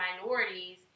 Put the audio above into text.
minorities